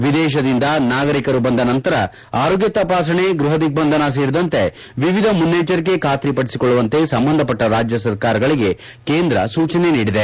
ವಿದೇಶದಿಂದ ನಾಗರಿಕರು ಬಂದ ನಂತರ ಆರೋಗ್ಯ ತಪಾಸಣೆ ಗೃಹ ದಿಗ್ಬಂಧನ ಸೇರಿದಂತೆ ವಿವಿಧ ಮುನ್ನೆಚ್ಚರಿಕೆ ಖಾತರಿ ಪದಿಸಿಕೊಳ್ಳುವಂತೆ ಸಂಬಂಧಪಟ್ಟ ರಾಜ್ಯ ಸರ್ಕಾರಗಳಿಗೆ ಕೇಂದ್ರ ಸೂಚನೆ ನೀಡಿದೆ